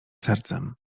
sercem